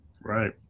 Right